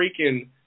freaking